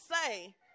say